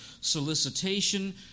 solicitation